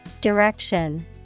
Direction